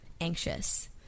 anxious